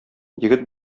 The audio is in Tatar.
егет